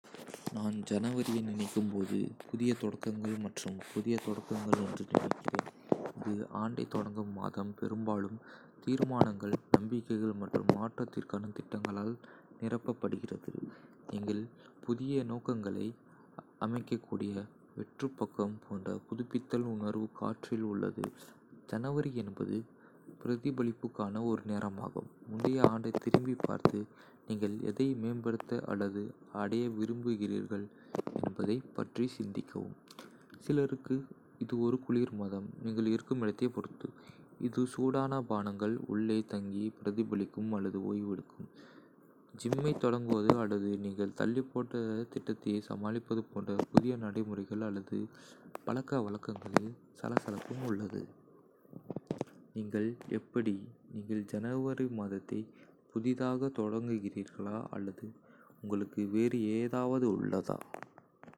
நான் ஞாயிற்றுக்கிழமையை நினைக்கும் போது, அது ஒரு வாரத்தை நினைத்துப் பார்க்கிற நாளாக உணர்கிறேன். சனிக்கிழமையின் சுதந்திரத்துடன் ஒப்பிடும்போது இது ஒரு அமைதியான, அதிக அமைதியான அதிர்வைக் கொண்டுள்ளது. ஞாயிற்றுக்கிழமைகள் பெரும்பாலும் மெதுவாக எடுத்துக்கொள்வது-அது ஒரு நீண்ட காலை உணவாக இருந்தாலும் சரி, புத்தகம் படிப்பதாக இருந்தாலும் சரி, அல்லது குடும்பம் அல்லது நண்பர்களுடன் நேரத்தை செலவிடுவதாக இருந்தாலும் சரி. சிலருக்கு, இது ஆன்மீக இணைப்பு அல்லது ஓய்வு நாள், தேவாலய சேவைகள் அல்லது பிற ஆன்மீக நடைமுறைகள் நாள் குறிக்கின்றன. திங்கட்கிழமைக்கு ஏற்பாடு செய்தல், திட்டமிடுதல் அல்லது ஓய்வெடுத்தல் மற்றும் ரீசார்ஜ் செய்தல் போன்ற வாரங்களுக்கு இது ஒரு சிறிய தயாரிப்பு நாள்.